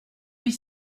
huit